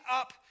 up